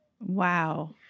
Wow